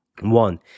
One